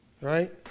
right